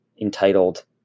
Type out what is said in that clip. entitled